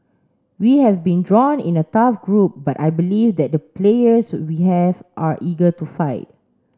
we have been drawn in a tough group but I believe that the players we have are eager to fight